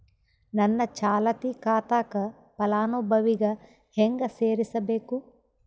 ನನ್ನ ಚಾಲತಿ ಖಾತಾಕ ಫಲಾನುಭವಿಗ ಹೆಂಗ್ ಸೇರಸಬೇಕು?